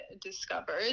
discovered